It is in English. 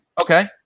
Okay